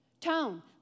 tone